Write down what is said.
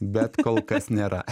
bet kol kas nėra